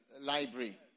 Library